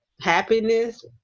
Happiness